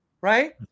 right